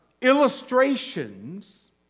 illustrations